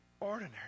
ordinary